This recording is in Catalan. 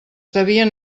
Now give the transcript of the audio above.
devien